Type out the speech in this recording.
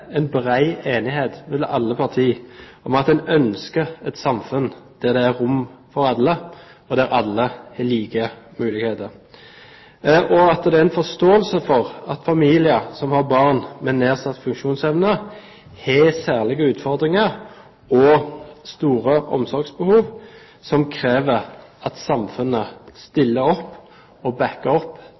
en så bred enighet mellom alle partier om at en ønsker et samfunn der det er rom for alle, og der alle har like muligheter, og at det er en forståelse for at familier som har barn med nedsatt funksjonsevne, har særlige utfordringer og store omsorgsbehov som krever at samfunnet stiller opp og backer opp